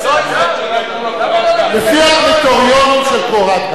לפי הקריטריונים של קורת-גג.